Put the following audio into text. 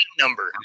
number